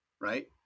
right